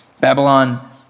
Babylon